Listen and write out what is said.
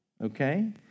okay